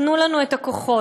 תנו לנו את הכוחות,